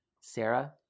Sarah